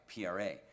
PRA